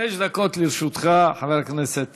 חמש דקות לרשותך, חבר הכנסת